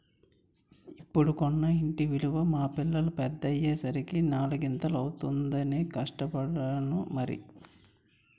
ఇప్పుడు కొన్న ఇంటి విలువ మా పిల్లలు పెద్దయ్యే సరికి నాలిగింతలు అవుతుందనే కష్టపడ్డాను మరి